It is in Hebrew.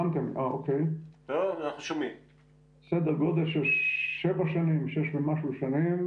סדר גודל של שבע שנים, שש ומשהו שנים